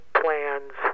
plans